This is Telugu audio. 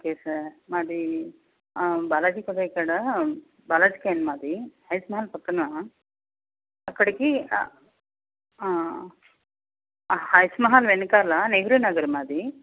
ఓకే సార్ మాది బాలాజీ కడా ఇక్కడ భగత్ సేన్ మాది హాయిస్ మహల్ పక్కన అక్కడకి హాయిస్ మహల్ వెనకాల నెహ్రూ నగర్ మాది